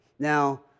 Now